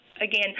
again